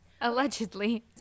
allegedly